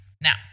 Now